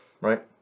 right